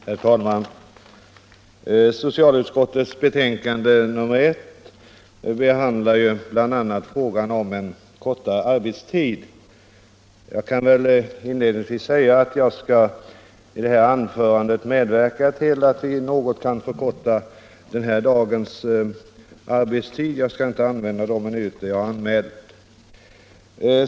Herr talman! Socialutskottets betänkande nr 1 behandlar bl.a. frågan om kortare arbetstid. Jag kan inledningsvis säga att jag med det här anförandet skall medverka till att vi något kan förkorta den här dagens arbetstid; jag skall inte använda de minuter jag anmält.